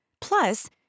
Plus